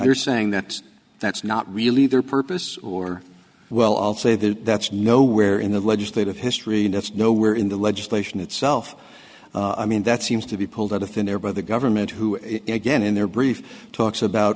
you're saying that that's not really their purpose or well i'll say that that's nowhere in the legislative history and it's nowhere in the legislation itself i mean that seems to be pulled out of thin air by the government who again in their brief talks about